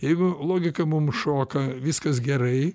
jeigu logika mum šoka viskas gerai